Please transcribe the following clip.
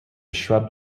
shrub